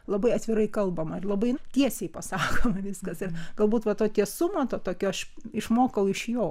labai atvirai kalbama labai tiesiai pasakoma viskas ir galbūt va to tiesumo to tokio aš išmokau iš jo